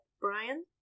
brian